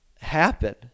happen